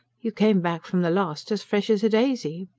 you came back from the last as fresh as a daisy.